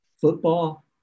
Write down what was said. football